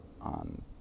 on